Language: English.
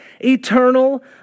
eternal